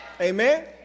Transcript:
Amen